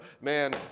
Man